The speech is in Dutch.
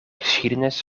geschiedenis